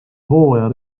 hooaja